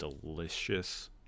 delicious